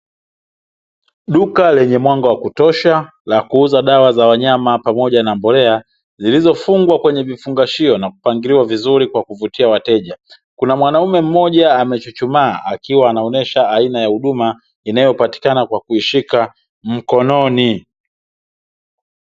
Duka lenye mwanga wa kutosha, la kuuza dawa za wanyama pamoja na mbolea zilizofungwa kwenye vifungashio na kupangaliwa vizuri kwa kwa kuvutia wateja. Kuna mwanaume mmoja amechuchumaa akiwa anaonyesha aina ya huduma inayopatikana kwa kuishika mkononi.